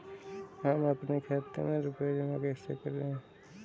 हम अपने खाते में रुपए जमा कैसे करें?